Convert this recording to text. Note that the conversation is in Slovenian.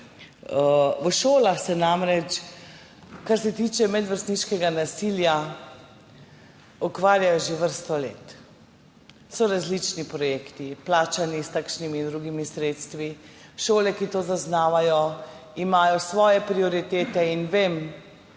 V šolah se namreč z medvrstniškim nasiljem ukvarjajo že vrsto let. So različni projekti, plačani s takšnimi in drugačnimi sredstvi. Šole, ki to zaznavajo, imajo svoje prioritete in vem,